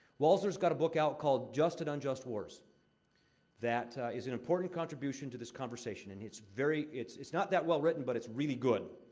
walzer's got a book out called just and unjust wars that is an important contribution to this conversation, and it's very it's it's not that well-written but it's really good.